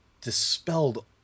dispelled